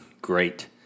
great